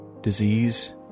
disease